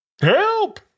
Help